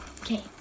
Okay